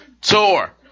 tour